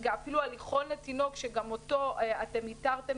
אפילו הליכון לתינוק שגם אותו התרתם,